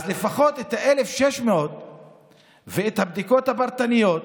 אז לפחות את ה-1,600 ואת הבדיקות הפרטניות,